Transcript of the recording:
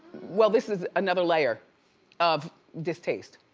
well, this is another layer of distaste.